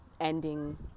ending